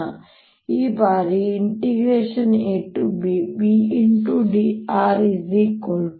ಮತ್ತು ಈ ಬಾರಿ abB